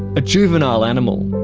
a juvenile animal.